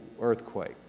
earthquake